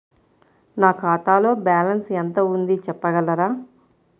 నా ఖాతాలో బ్యాలన్స్ ఎంత ఉంది చెప్పగలరా?